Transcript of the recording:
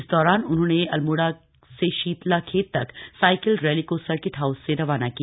इस दौरान उन्होंने अल्मोड़ा से शीतलाखेत तक साइकिल रैली को सर्किट हाउस से रवाना किया